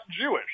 Jewish